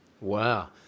Wow